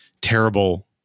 terrible